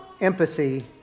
empathy